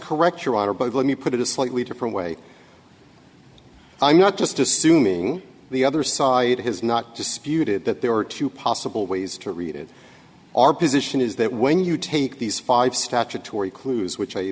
correct your honor but let me put it a slightly different way i'm not just assuming the other side has not just viewed it that there are two possible ways to read it our position is that when you take these five statutory clues which i